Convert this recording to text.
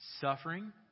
suffering